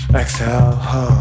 exhale